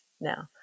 now